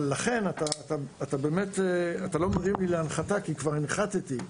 אתה לא מרים לי להנחתה כי כבר הנחתתי.